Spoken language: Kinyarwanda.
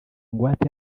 ingwate